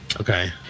Okay